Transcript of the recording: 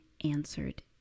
answered